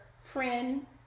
friend